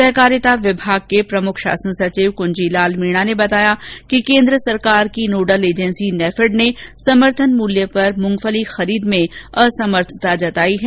सहकारिता विभाग के प्रमुख शासन सचिव कुंजीलाल मीणा ने बताया कि केन्द्र सरकार की नोडल एजेन्सी नेफैड ने समर्थन मूल्य पर मुंगफली खरीद करने में असमर्थता जताई है